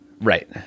right